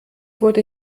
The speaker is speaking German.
wurde